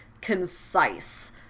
concise